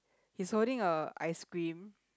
he's holding a ice cream